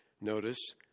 notice